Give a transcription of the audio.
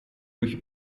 durch